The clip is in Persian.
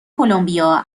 کلمبیا